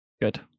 Good